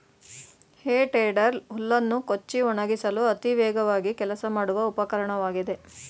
ಹೇ tedder ಹುಲ್ಲನ್ನು ಕೊಚ್ಚಿ ಒಣಗಿಸಲು ಅತಿ ವೇಗವಾಗಿ ಕೆಲಸ ಮಾಡುವ ಉಪಕರಣವಾಗಿದೆ